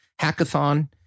hackathon